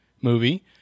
movie